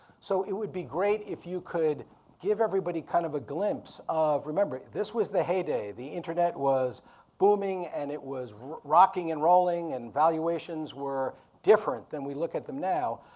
so it would be great if you could give everybody kind of a glimpse of, remember, this was the heyday. the internet was booming and it was rocking and rolling, and valuations were different than we look at them now.